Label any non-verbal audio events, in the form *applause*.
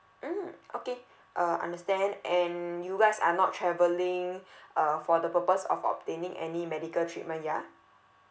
mm okay uh understand and you guys are not travelling *breath* uh for the purpose of obtaining any medical treatment ya